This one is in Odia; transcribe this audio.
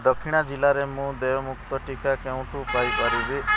ଦକ୍ଷିଣା ଜିଲ୍ଲାରେ ମୁଁ ଦେୟଯୁକ୍ତ ଟିକା କେଉଁଠୁ ପାଇ ପାରିବି